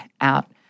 out